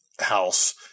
house